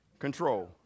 Control